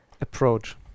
approach